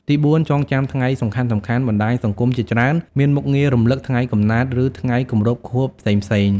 ទីបួន ចងចាំថ្ងៃសំខាន់ៗ បណ្ដាញសង្គមជាច្រើនមានមុខងាររំលឹក ថ្ងៃកំណើត ឬថ្ងៃគម្រប់ខួបផ្សេងៗ។